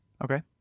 Okay